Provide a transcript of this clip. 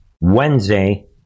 Wednesday